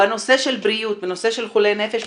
בנושא של חולי נפש,